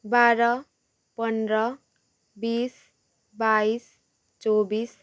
बाह्र पन्ध्र बिस बाइस चौबिस